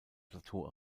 plateau